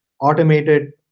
automated